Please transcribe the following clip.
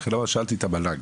לכן שאלתי את המל"ג,